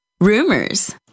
rumors